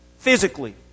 Physically